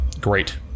Great